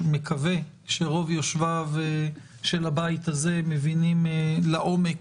מקווה, שרוב יושביו של הבית הזה מבינים לעומק